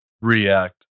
react